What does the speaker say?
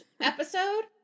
episode